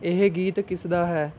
ਇਹ ਗੀਤ ਕਿਸ ਦਾ ਹੈ